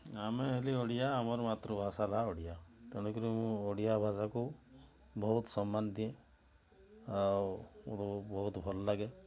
ଆମେ ହେଲୁ ଓଡ଼ିଆ ଆମର ମାତୃଭାଷା ହେଲା ଓଡ଼ିଆ ତେଣୁ କରି ମୁଁ ଓଡ଼ିଆ ଭାଷାକୁ ବହୁତ ସମ୍ମାନ ଦିଏ ଆଉ ବହୁତ ଭଲ ଲାଗେ